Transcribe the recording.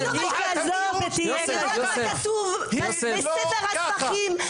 זה מה שכתוב בספר הספרים,